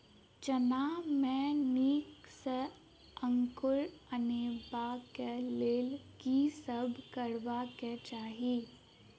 चना मे नीक सँ अंकुर अनेबाक लेल की सब करबाक चाहि?